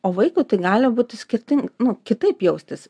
o vaikui tai gali būti skirting nu kitaip jaustis